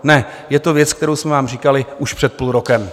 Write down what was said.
Ne, je to věc, kterou jsme vám říkali už před půl rokem.